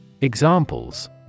Examples